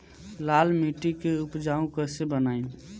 लाल मिट्टी के उपजाऊ कैसे बनाई?